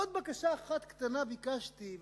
עוד בקשה אחת קטנה ביקשתי,